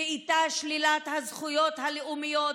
ואיתן שלילת הזכויות הלאומיות,